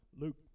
Luke